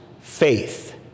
faith